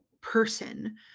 person